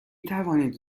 توانید